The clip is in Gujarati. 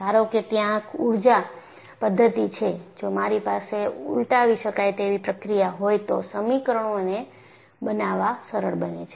ધારો કે ત્યાં ઊર્જા પદ્ધતિ છે જો મારી પાસે ઉલટાવી શકાય તેવી પ્રક્રિયા હોય તો સમીકરણોને બનાવા સરળ બને છે